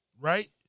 Right